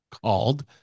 called